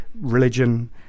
Religion